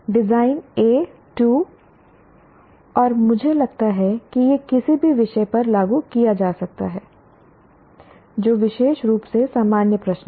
design A two और मुझे लगता है कि यह किसी भी विषय पर लागू किया जा सकता है जो विशेष रूप से सामान्य प्रश्न हो